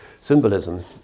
symbolism